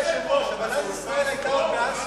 אדוני היושב-ראש, אבל אז ישראל היתה עוד באסיה.